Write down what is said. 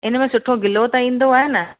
इनमें सुठो ग्लो त ईंदो आहे न